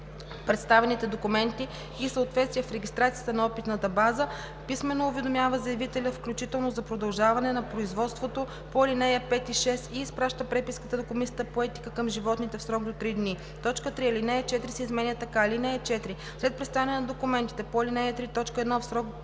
представените документи и съответствие в регистрацията на опитната база писмено уведомява заявителя, включително за продължаване на производството по ал. 5 и 6, и изпраща преписката до Комисията по етика към животните в срок до три дни.“ 3. Алинея 4 се изменя така: „(4) След представяне на документите по ал. 3, т. 1 в срок до